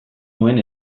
nuen